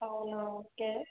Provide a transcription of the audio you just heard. అవునా ఓకే